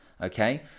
okay